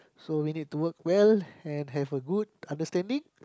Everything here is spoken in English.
so we need to work well and have a good understanding